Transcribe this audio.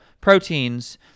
proteins